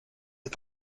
est